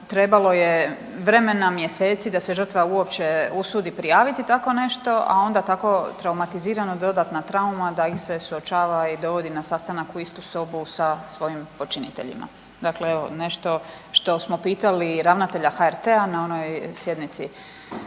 trebalo je vremena, mjeseci da se žrtva uopće usudi prijaviti tako nešto, a onda tako traumatizirano, dodatna trauma da ih se suočava i dovodi na sastanak u istu sobu sa svojim počiniteljima. Dakle, evo nešto što smo pitali i ravnatelja HRT-a na onoj sjednici,